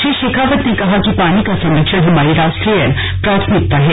श्री शेखावत ने कहा कि पानी का संरक्षण हमारी राष्ट्रीय प्राथमिकता है